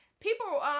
People